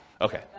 Okay